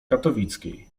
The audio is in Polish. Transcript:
katowickiej